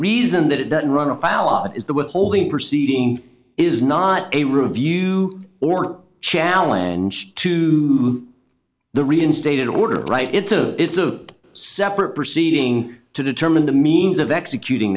reason that it doesn't run afoul is the withholding proceeding is not a review or challenge to the reinstated order right it's a it's a separate proceeding to determine the means of executing